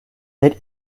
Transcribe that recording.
late